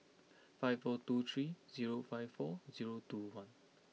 five four two three zero five four zero two one